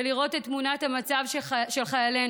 לראות את תמונת המצב של חיילינו,